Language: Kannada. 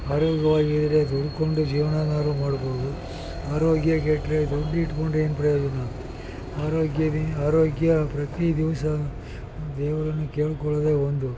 ಆರೋಗ್ಯವಾಗಿದ್ದರೆ ಉಣ್ಕೊಂಡೆ ಜೀವನನಾದ್ರು ಮಾಡ್ಬೋದು ಆರೋಗ್ಯ ಕೆಟ್ಟರೆ ದುಡ್ಡು ಇಟ್ಕೊಂಡು ಏನು ಪ್ರಯೋಜನ ಆರೋಗ್ಯವೇ ಆರೋಗ್ಯ ಪ್ರತೀ ದಿವಸ ದೇವರನ್ನ ಕೇಳ್ಕೊಳ್ಳೊದೆ ಒಂದು